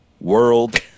World